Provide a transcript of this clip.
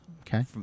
okay